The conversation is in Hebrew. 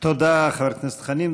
תודה, חבר הכנסת חנין.